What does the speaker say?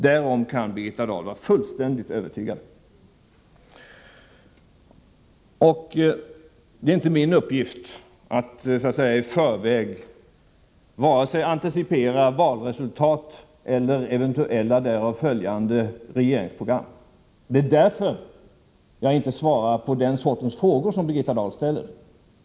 Därom kan Birgitta Dahl vara fullständigt övertygad. Det är inte min uppgift att antecipera vare sig valresultat eller eventuella därav följande regeringsprogram. Det är därför jag inte svarar på det slags frågor som Birgitta Dahl ställer.